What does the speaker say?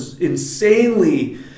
insanely